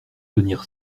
venir